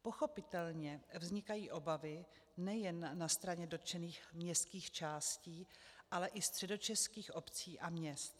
Pochopitelně vznikají obavy nejen na straně dotčených městských částí, ale i středočeských obcí a měst.